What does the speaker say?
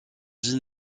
dit